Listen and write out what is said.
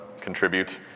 contribute